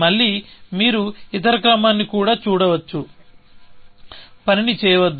మళ్లీ మీరు ఇతర క్రమాన్ని కూడా చూడవచ్చు పనిని చేయవద్దు